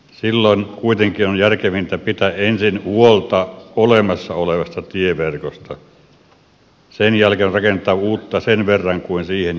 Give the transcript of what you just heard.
silloin kuitenkin on järkevintä pitää ensin huolta olemassa olevasta tieverkosta sen jälkeen rakentaa uutta sen verran kuin siihen jää resursseja